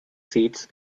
seats